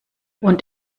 und